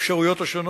האפשרויות השונות.